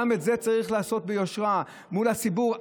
גם את זה צריך לעשות ביושרה מול הציבור.